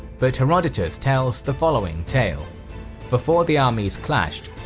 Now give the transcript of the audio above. but herodotus tells the following tale before the armies clashed,